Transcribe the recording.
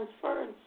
transference